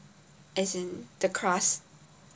as in the crust